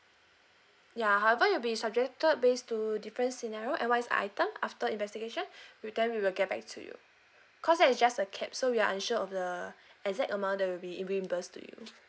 ya however it will be subjected based to different scenario and what is the item after investigation then we will get back to you cause that is just a cap so we are unsure of the exact amount that will be reimburse to you